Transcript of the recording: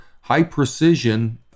high-precision